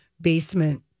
basement